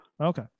Okay